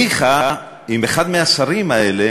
ניחא אם אחד מהשרים האלה